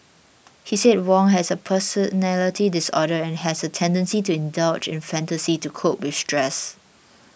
he said Wong has a personality disorder and has a tendency to indulge in fantasy to cope with stress